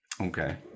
Okay